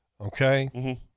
okay